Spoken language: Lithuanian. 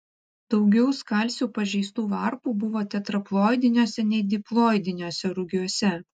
daugiau skalsių pažeistų varpų buvo tetraploidiniuose nei diploidiniuose rugiuose